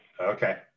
Okay